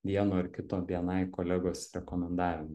vieno ar kito bni kolegos rekomendavimu